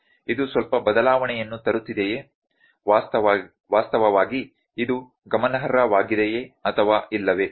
ಇದು ಸ್ವಲ್ಪ ಬದಲಾವಣೆಯನ್ನು ತರುತ್ತಿದೆಯೇ ವಾಸ್ತವವಾಗಿ ಇದು ಗಮನಾರ್ಹವಾಗಿದೆಯೇ ಅಥವಾ ಇಲ್ಲವೇ